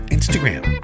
Instagram